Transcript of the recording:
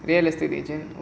real estate